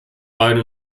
rein